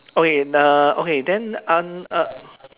okay uh okay then